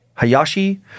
Hayashi